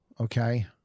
okay